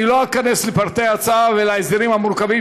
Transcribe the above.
אני לא אכנס לפרטי ההצעה ולהסדרים המורכבים